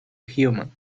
human